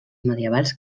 medievals